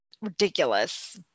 ridiculous